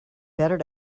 better